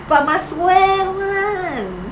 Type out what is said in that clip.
but must wear [one]